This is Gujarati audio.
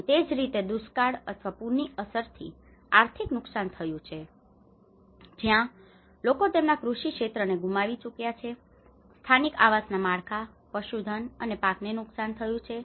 અને તે જ રીતે દુષ્કાળ અથવા પૂરની અસરથી આર્થિક નુકસાન થયું છે જ્યાં લોકો તેમના કૃષિ ક્ષેત્રને ગુમાવી ચૂક્યા છે સ્થાનિક આવાસના માળખા પશુધન અને પાકને નુકસાન થયું છે